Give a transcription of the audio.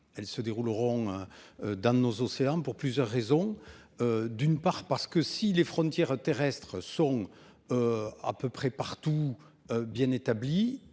Elles se dérouleront dans les océans, pour plusieurs raisons. D'une part, si les frontières terrestres sont à peu près partout bien établies,